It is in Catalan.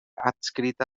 adscrita